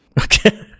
Okay